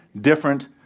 different